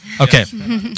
Okay